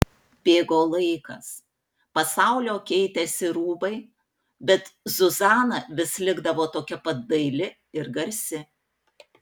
bėgo laikas pasaulio keitėsi rūbai bet zuzana vis likdavo tokia pat daili ir garsi